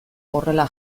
horrela